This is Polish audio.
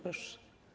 Proszę.